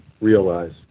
realize